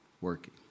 working